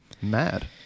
Mad